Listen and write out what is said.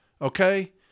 Okay